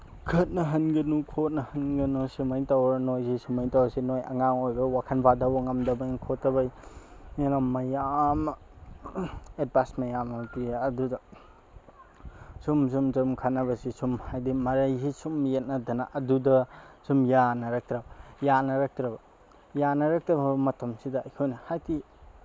ꯈꯠꯅꯍꯟꯒꯅꯨ ꯈꯣꯠꯅꯈꯟꯒꯅꯨ ꯁꯨꯃꯥꯏ ꯇꯧꯔ ꯅꯣꯏꯁꯤ ꯁꯨꯃꯥꯏ ꯇꯧꯔꯁꯤ ꯅꯣꯏ ꯑꯉꯥꯡ ꯑꯣꯏꯕ ꯋꯥꯈꯟ ꯐꯥꯊꯕ ꯉꯝꯗꯕꯩꯅꯤ ꯈꯣꯠꯇꯕꯩ ꯃꯌꯥꯝꯅ ꯑꯦꯠꯚꯥꯏꯁ ꯃꯌꯥꯝ ꯑꯃ ꯄꯤꯔꯦ ꯑꯗꯨꯗ ꯁꯨꯝ ꯁꯨꯝ ꯁꯨꯝ ꯈꯠꯅꯕꯁꯤ ꯁꯨꯝ ꯍꯥꯏꯗꯤ ꯃꯔꯩꯁꯤ ꯁꯨꯝ ꯌꯦꯠꯅꯗꯅ ꯑꯗꯨꯗ ꯁꯨꯝ ꯌꯥꯅꯔꯛꯇ꯭ꯔꯕ ꯌꯥꯅꯔꯛꯇ꯭ꯔꯕ ꯌꯥꯅꯔꯛꯇ꯭ꯔꯕ ꯃꯇꯝꯁꯤꯗ ꯑꯩꯈꯣꯏꯅ ꯍꯥꯏꯗꯤ